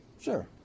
Sure